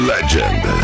Legend